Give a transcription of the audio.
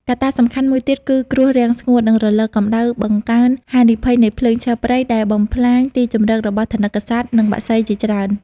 កត្តាសំខាន់មួយទៀត គឺគ្រោះរាំងស្ងួត និងរលកកម្ដៅបង្កើនហានិភ័យនៃភ្លើងឆេះព្រៃ ដែលបំផ្លាញទីជម្រករបស់ថនិកសត្វ និងបក្សីជាច្រើន។